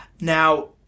Now